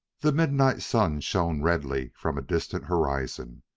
the midnight sun shone redly from a distant horizon.